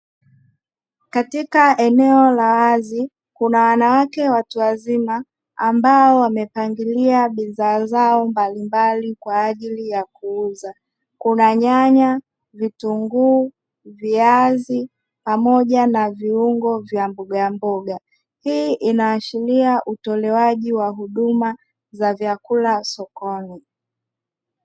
Katika eneo la wazi kuna wanawake watu wazima ambao wamepangilia bidhaa zao mbalimbali kwa ajili ya kuuza. Kuna nyanya, vitunguu, viazi pamoja na viungo vya mboga mboga. Hii inaashiria utolewaji wa huduma za vyakula sokoni.